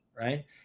right